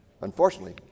Unfortunately